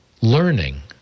learning